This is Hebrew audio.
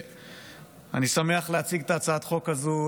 אני שמח להציג הצעת חוק זו,